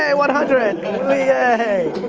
ah one hundred yay!